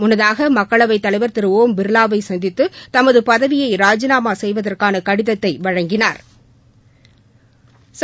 முன்னதாக மக்களவைத் தலைவர் திரு ஓம் பிர்லாவை சந்தித்து தமது பதவியை ராஜிநாமா செய்வதற்கான கடிதத்தை வழங்கினாா்